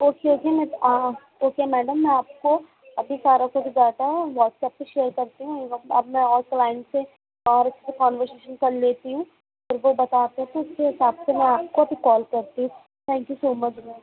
okay okay मैं okay madam मैं आपको अभी सारा कुछ डाटा है वाट्सअप पे शेयर करती हूँ एवं अब मैं और क्लाइन से और इसपे कॉन्वर्शेशन कर लेती हूँ फिर वो बताते हैं तो उसके हिसाब से मैं आपको अभी कॉल करती हूँ thank you so much ma'am